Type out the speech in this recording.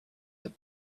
that